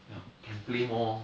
ya can play more